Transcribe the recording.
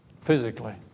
Physically